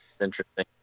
interesting